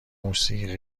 موسیقی